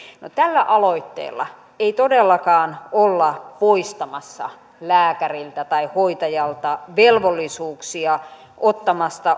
no tällä aloitteella ei todellakaan olla poistamassa lääkäriltä tai hoitajalta velvollisuuksia ottaa